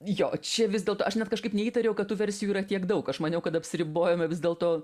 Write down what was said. jo čia vis dėlto aš net kažkaip neįtariau kad tų versijų yra tiek daug aš maniau kad apsiribojome vis dėlto